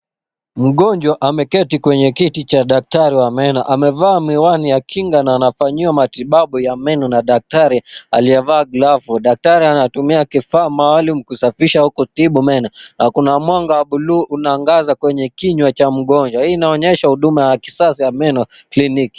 Mgonjwa ameketi kwenye kiti cha daktari wa meno, amevaa miwani ya kinga na anafanyiwa matibabu ya meno na daktari aliyevaa glavu. Daktari anatumia kifaa maalum kusafisha au kutibu meno, na kuna mwanga wa buluu unaangaza kwenye kinywa cha mgonjwa. Hii inaonyesha huduma ya kisasa ya meno kliniki.